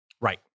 Right